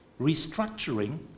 Restructuring